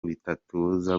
bitatubuza